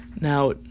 Now